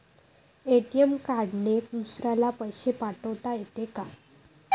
ATM कार्डने दुसऱ्याले पैसे पाठोता येते का?